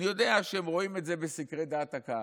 אני יודע שהם רואים את זה בסקרי דעת הקהל,